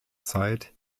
zeit